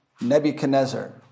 Nebuchadnezzar